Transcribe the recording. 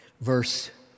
Verse